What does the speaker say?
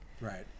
right